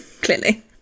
clearly